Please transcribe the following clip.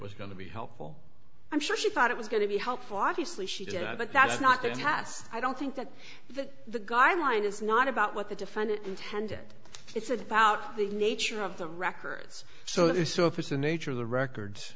was going to be helpful i'm sure she thought it was going to be helpful obviously she did but that's not that has i don't think that the guideline is not about what the defendant intended it's about the nature of the records so they so if it's a nature of the records